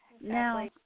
Now